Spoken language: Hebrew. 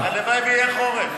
הלוואי שיהיה חורף.